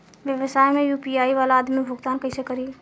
व्यवसाय में यू.पी.आई वाला आदमी भुगतान कइसे करीं?